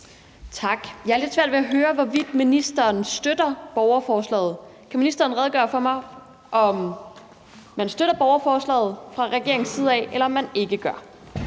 Tak. Jeg har lidt svært ved at høre, hvorvidt ministeren støtter borgerforslaget. Kan ministeren redegøre for, om man støtter borgerforslaget fra regeringens side af, eller om man ikke gør?